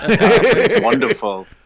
Wonderful